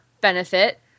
benefit